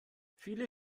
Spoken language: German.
viele